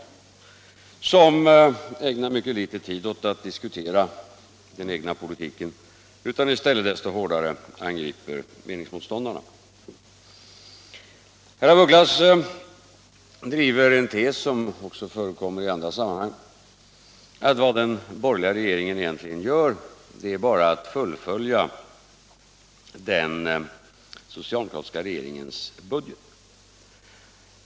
Herr af Ugglas ägnar mycket litet tid åt att diskutera den egna politiken men angriper så mycket hårdare meningsmotståndarna, Herr af Ugglas driver en tes som också förekommer i andra sammanhang, nämligen att allt vad den borgerliga regeringen gör egentligen bara är ett fullföljande av den socialdemokratiska regeringens budget.